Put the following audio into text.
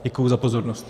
Děkuji za pozornost.